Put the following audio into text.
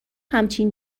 همچین